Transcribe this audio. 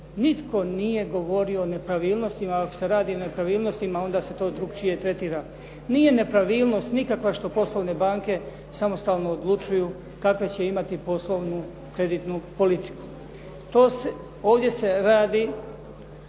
Nitko nije govorio o nepravilnostima. Ako se radi o nepravilnostima, onda se to drukčije tretira. Nije nepravilnost nikakva što poslovne banke samostalno odlučuju kakvu će imati poslovnu, kreditnu politiku. Ovdje se radi